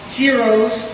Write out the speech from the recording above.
heroes